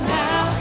now